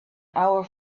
our